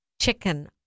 chicken